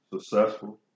Successful